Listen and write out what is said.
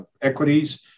equities